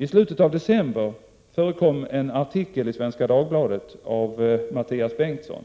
I slutet av december förekom en artikel i Svenska Dagbladet av Mattias Bengtsson,